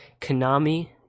Konami